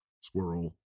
Squirrel